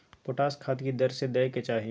Potash खाद की दर से दै के चाही?